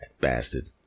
Bastard